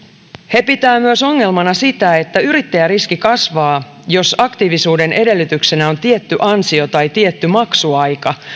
he pitävät myös ongelmana sitä että yrittäjäriski kasvaa jos aktiivisuuden edellytyksenä on tietty ansio tai tietty maksuaika